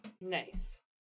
Nice